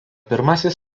pirmasis